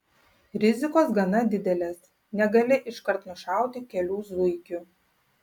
rizikos gana didelės negali iškart nušauti kelių zuikių